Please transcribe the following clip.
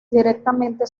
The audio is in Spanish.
directamente